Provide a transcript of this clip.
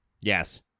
Yes